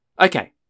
Okay